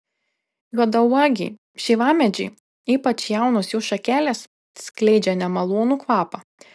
juodauogiai šeivamedžiai ypač jaunos jų šakelės skleidžia nemalonų kvapą